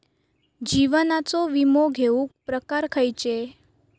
जीवनाचो विमो घेऊक प्रकार खैचे?